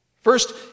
First